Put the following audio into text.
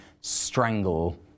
strangle